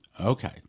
Okay